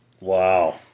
Wow